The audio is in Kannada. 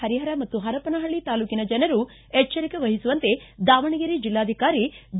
ಹರಿಹರ ಮತ್ತು ಹರಪನಹಳ್ಳಿ ತಾಲೂಕಿನ ಜನರು ಎಚ್ಚರಿಕೆ ವಹಿಸುವಂತೆ ದಾವಣಗೆರೆ ಜಿಲ್ಲಾಧಿಕಾರಿ ಡಿ